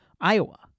Iowa